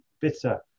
bitter